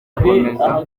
adakomeza